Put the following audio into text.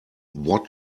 what